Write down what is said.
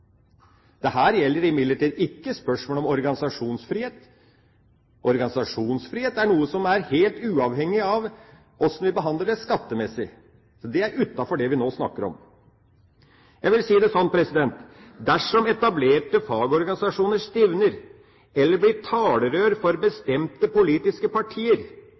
gjelder imidlertid ikke spørsmålet om organisasjonsfrihet. Organisasjonsfrihet er noe som er helt uavhengig av hvordan vi behandler det skattemessig. Det er utenfor det vi nå snakker om. Jeg vil si det sånn: Dersom etablerte fagorganisasjoner stivner eller blir talerør for bestemte politiske partier,